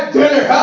dinner